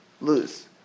lose